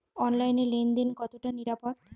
অনলাইনে লেন দেন কতটা নিরাপদ?